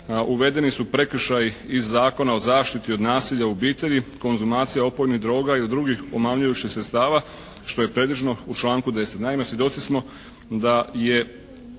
Uvedeni su prekršaji iz Zakona o zaštiti od nasilja u obitelji, konzumacija opojnih droga i drugih omamljujućih sredstava što je predviđeno u članku 10.